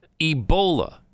Ebola